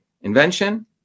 invention